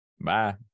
Bye